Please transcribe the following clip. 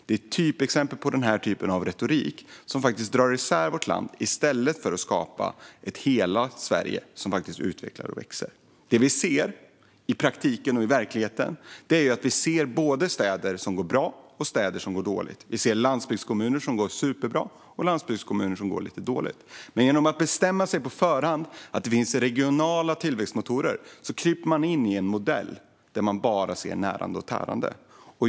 Det är ett typexempel på en retorik som faktiskt drar isär vårt land i stället för att skapa ett helt Sverige som utvecklas och växer. Det vi ser i praktiken och i verkligheten är både städer som går bra och städer som går dåligt. Vi ser landsbygdskommuner som går superbra och landsbygdskommuner som går lite dåligt. Men genom att på förhand bestämma sig för att det finns regionala tillväxtmotorer kryper man in i en modell där man bara ser närande och tärande.